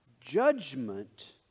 judgment